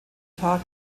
tag